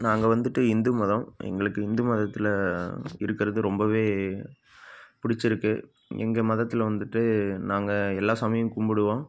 நாங்கள் வந்துவிட்டு இந்து மதம் எங்களுக்கு இந்து மதத்தில் இருக்கிறது ரொம்பவே பிடிச்சிருக்கு எங்கள் மதத்தில் வந்துவிட்டு நாங்கள் எல்லா சாமியும் கும்பிடுவோம்